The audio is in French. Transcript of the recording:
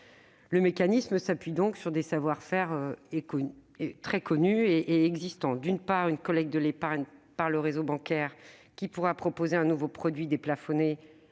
Le mécanisme s'appuie donc sur des savoir-faire existants : d'une part, la collecte de l'épargne par le réseau bancaire, qui pourra proposer un nouveau produit, déplafonné,